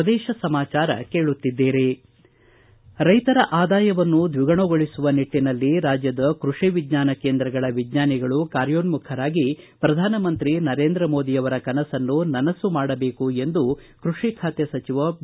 ಪ್ರದೇಶ ಸಮಾಚಾರ ಕೇಳುತ್ತಿದ್ದೀರಿ ರೈತರ ಆದಾಯವನ್ನು ದ್ವಿಗುಣಗೊಳಿಸುವ ನಿಟ್ಟಿನಲ್ಲಿ ರಾಜ್ಯದ ಕ್ಪಷಿ ವಿಜ್ವಾನ ಕೇಂದ್ರಗಳ ವಿಜ್ಞಾನಿಗಳು ಕಾರ್ಯೋನ್ನುಖರಾಗಿ ಪ್ರಧಾನ ಮಂತ್ರಿ ನರೇಂದ್ರ ಮೋದಿಯವರ ಕನಸನ್ನು ನನಸು ಮಾಡಬೇಕು ಎಂದು ಕೃಷಿ ಖಾತೆ ಸಚಿವ ಬಿ